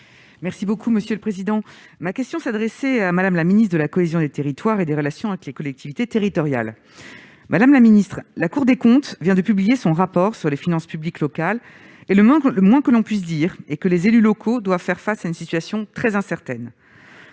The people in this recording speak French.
Laure Darcos, auteure de la question n° 1959, adressée à Mme la ministre de la cohésion des territoires et des relations avec les collectivités territoriales. La Cour des comptes vient de publier son rapport sur les finances publiques locales, et le moins que l'on puisse dire est que les élus locaux doivent faire face à une situation très incertaine.